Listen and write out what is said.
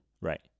right